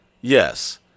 Yes